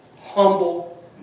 humble